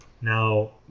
Now